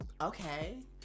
Okay